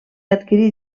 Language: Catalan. adquirir